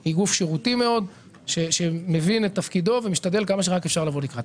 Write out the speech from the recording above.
היא גוף שירותי מאוד שמבין את תפקידו ומשתדל כמה שרק אפשר לבוא לקראת.